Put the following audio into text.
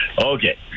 Okay